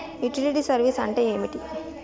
Utility service అంటే ఏంటిది?